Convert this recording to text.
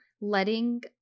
letting